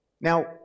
Now